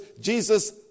Jesus